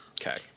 okay